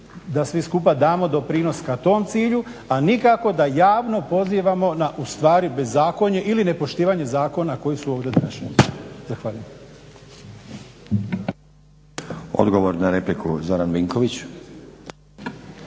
da svi skupa damo doprinos ka tom cilju, a nikako da javno pozivamo na bezakonje ili nepoštivanje zakona koji su ovdje doneseni. Zahvaljujem.